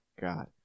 God